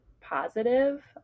positive